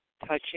touching